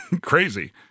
crazy